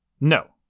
No